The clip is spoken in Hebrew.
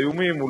בוא נגיד,